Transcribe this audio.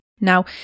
Now